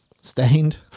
Stained